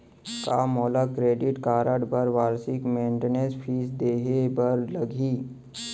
का मोला credit card बर वार्षिक मेंटेनेंस फीस देहे बर लागही?